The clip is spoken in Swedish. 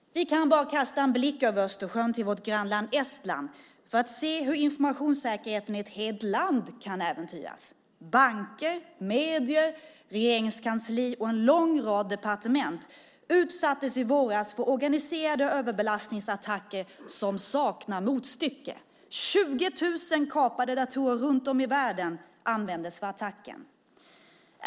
Vi behöver bara kasta en blick över Östersjön, på vårt grannland Estland, för att se hur informationssäkerheten i ett helt land kan äventyras. Banker, medier, regeringskansli och en lång rad departement utsattes i våras för organiserade överbelastningsattacker som saknar motstycke. 20 000 kapade datorer runt om i världen användes för attacken.